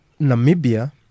Namibia